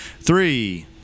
Three